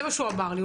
זה מה שהוא אמר לי,